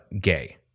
gay